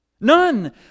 None